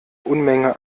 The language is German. unmenge